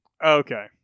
Okay